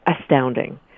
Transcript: astounding